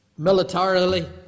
Militarily